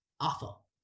awful